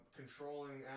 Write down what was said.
controlling